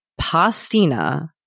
Pastina